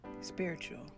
Spiritual